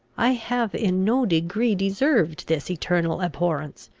i have in no degree deserved this eternal abhorrence.